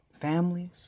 families